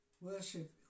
Worship